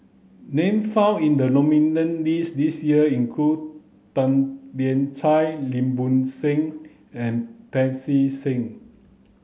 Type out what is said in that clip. name found in the list this year include Tan Lian Chye Lim Bo Seng and Pancy Seng